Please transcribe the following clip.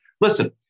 Listen